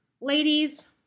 ladies